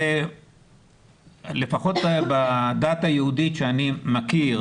לפחות בדת היהודית שאני מכיר,